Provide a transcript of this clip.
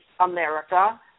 America